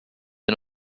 and